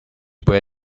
where